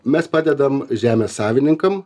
mes padedam žemės savininkam